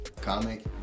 comic